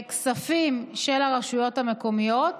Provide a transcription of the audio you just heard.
שכספים של הרשויות המקומיות